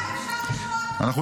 אולי אפשר לשמוע --- אפשר שקט, לשמוע?